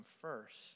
first